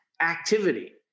activity